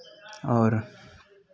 और